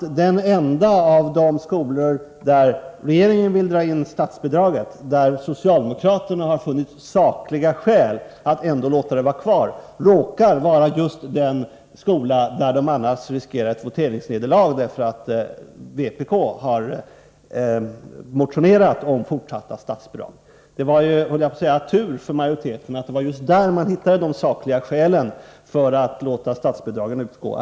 Den enda av de skolor som regeringen vill dra in statsbidraget för, men som socialdemokraterna i utskottet funnit sakliga skäl för att ändå låta behålla bidraget, råkar vara just den skola beträffande vilken socialdemokraterna annars riskerar ett voteringsnederlag, eftersom vpk har motionerat om fortsatt statsbidrag. Det var tur, skulle man kunna säga, för majoriteten att det var just till den skolan man hittade sakliga skäl för att låta statsbidrag utgå ifortsättningen.